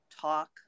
talk